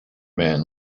man